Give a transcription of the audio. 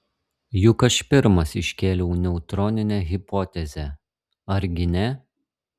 juk aš pirmas iškėliau neutroninę hipotezę argi ne